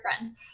friends